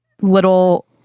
little